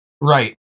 Right